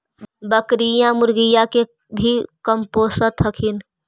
बकरीया, मुर्गीया के भी कमपोसत हखिन?